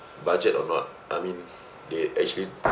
budget or not I mean they actually